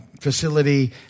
facility